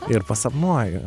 ir pasapnuoju